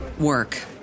work